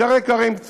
יותר יקרים,